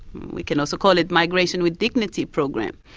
we can also call it migration with dignity program.